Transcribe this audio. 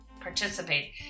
participate